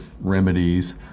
remedies